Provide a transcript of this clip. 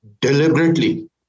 deliberately